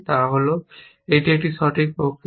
তা হল এটি একটি সঠিক প্রক্রিয়া